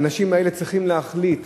האנשים האלה צריכים להחליט